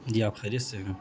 جی آپ خیریت سے ہیں